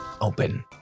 open